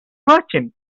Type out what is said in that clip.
merchant